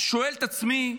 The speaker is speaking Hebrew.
שואל את עצמי,